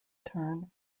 turn